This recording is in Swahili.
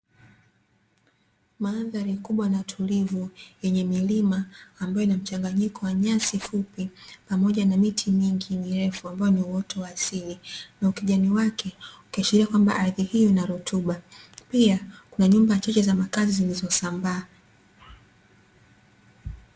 Mandhari kubwa na tulivu, yenye milima ambayo ina mchanganyiko wa nyasi fupi pamoja na miti mingi mirefu ambayo ni uoto wa asili, na ukijani wake ukiashiria kwamba ardhi hiyo ina rutuba. Pia kuna nyumba chache za makazi zilizosambaa.